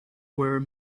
were